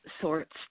sorts